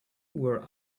were